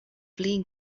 flin